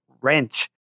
rent